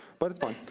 but it's fun.